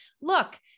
look